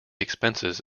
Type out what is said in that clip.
expenses